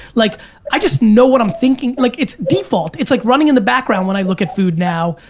like i just know what i'm thinking, like it's default, it's like running in the background when i look at food now.